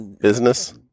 business